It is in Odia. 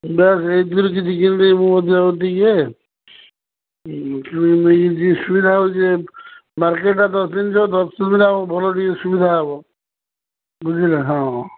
ସୁବିଧା ହଉ ଯେ ମାର୍କେଟ୍ଟା ଦଶ ଦିନ ଯାଏଁ ସୁବିଧା ଭଲ ଟିକେ ସୁବିଧା ହେବ ବୁଝିଲେ ହଁ ହଁ